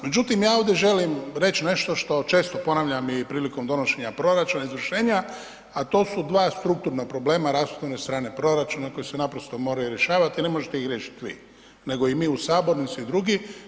Međutim, ja ovdje želim reći nešto što često ponavljam i prilikom donošenja proračuna, izvršenja, a to su dva strukturna problema rashodovne strane proračuna koja se naprosto moraju rješavati ne možete ih riješit vi, nego i mi u sabornici i drugi.